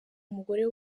umugore